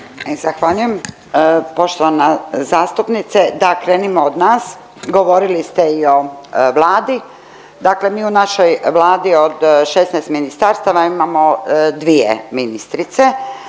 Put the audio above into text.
Zahvaljujem. Poštovana zastupnice, da krenimo od nas, govorili ste i o Vladi, dakle mi u našoj Vladi od 16 ministarstava imamo dvije ministrice,